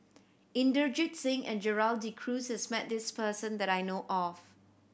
Inderjit Singh and Gerald De Cruz has met this person that I know of